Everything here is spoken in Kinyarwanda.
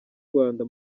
rwanda